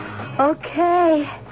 Okay